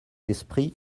esprit